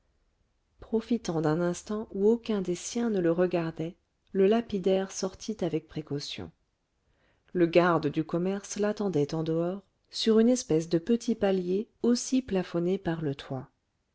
profitant d'un instant où aucun des siens ne le regardait le lapidaire sortit avec précaution le garde du commerce l'attendait en dehors sur une espèce de petit palier aussi plafonné par le toit